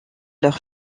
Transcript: leur